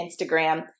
Instagram